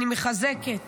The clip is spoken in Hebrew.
אני מחזקת